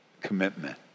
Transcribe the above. Commitment